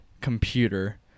computer